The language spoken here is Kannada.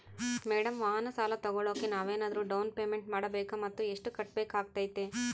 ಮೇಡಂ ವಾಹನ ಸಾಲ ತೋಗೊಳೋಕೆ ನಾವೇನಾದರೂ ಡೌನ್ ಪೇಮೆಂಟ್ ಮಾಡಬೇಕಾ ಮತ್ತು ಎಷ್ಟು ಕಟ್ಬೇಕಾಗ್ತೈತೆ?